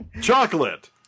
Chocolate